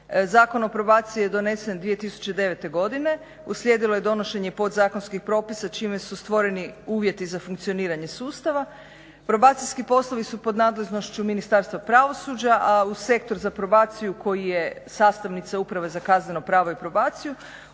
Zakon o probaciji je donesen 2009. godine, uslijedilo je donošenje podzakonskih propisa čime su stvoreni uvjeti za funkcioniranje sustava. probacijski poslovi su pod nadležnošću Ministarstva pravosuđa a u sektor za probaciju koji je sastavnica uprave za kazno pravo i probaciju